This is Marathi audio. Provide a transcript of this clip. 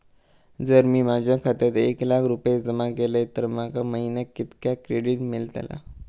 जर मी माझ्या खात्यात एक लाख रुपये जमा केलय तर माका महिन्याक कितक्या क्रेडिट मेलतला?